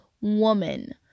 woman